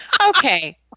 Okay